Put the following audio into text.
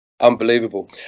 Unbelievable